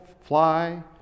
fly